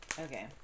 Okay